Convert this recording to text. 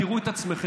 תראו את עצמכם,